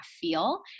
feel